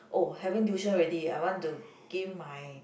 oh having tuition already I want to gain my